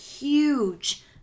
huge